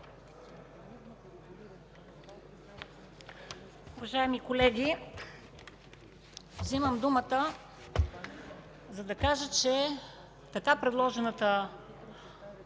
Уважаеми колеги, вземам думата, за да кажа, че така предложената